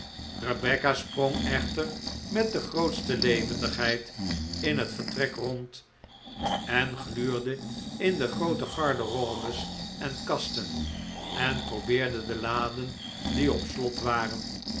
rebecca sprong echter met de grootste levendigheid in het vertrek rond en gluurde in de groote garderobes en kasten en probeerde de laden die op slot waren